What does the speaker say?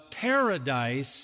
paradise